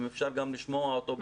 אם אפשר גם לשמוע אותו.